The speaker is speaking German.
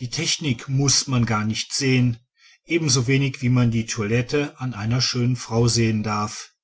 die technik muß man gar nicht sehen ebenso wenig wie man die toilette an einer schönen frau sehen darf